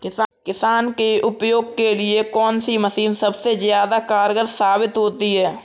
किसान के उपयोग के लिए कौन सी मशीन सबसे ज्यादा कारगर साबित होती है?